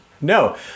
No